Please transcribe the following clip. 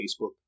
Facebook